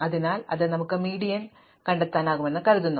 അതിനാൽ നമുക്ക് മീഡിയൻ കണ്ടെത്താനാകുമെന്ന് കരുതുക